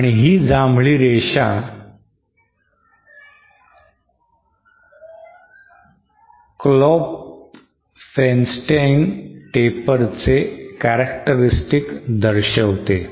आणि ही जांभळी रेषा Klopfenstein taper चे characteristics दर्शविते